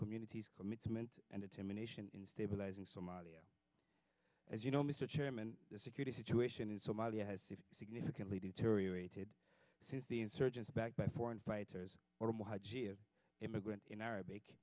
community's commitment and determination in stabilizing somalia as you know mr chairman the security situation in somalia has significantly deteriorated since the insurgents backed by foreign fighters immigrant in arabic